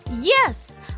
Yes